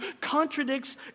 contradicts